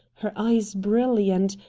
her eyes brilliant,